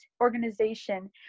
organization